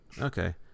Okay